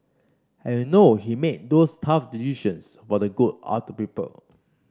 and you know he made those tough decisions for the good of the people